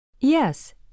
Yes